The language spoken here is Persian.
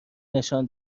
نشان